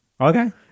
Okay